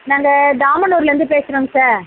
நாங்கள் தாமனூர்லந்து பேசுறோங்க சார்